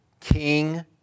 king